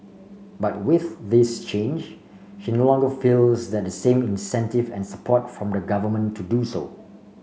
but with this change she no longer feels that same incentive and support from the government to do so